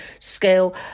scale